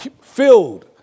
filled